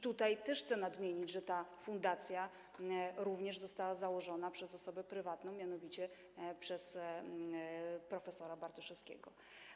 Tutaj też chcę nadmienić, że ta fundacja również została założona przez osobę prywatną, mianowicie przez prof. Bartoszewskiego.